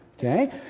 Okay